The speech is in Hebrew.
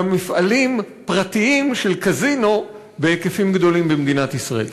גם מפעלים פרטיים של קזינו בהיקפים גדולים במדינת ישראל.